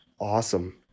Awesome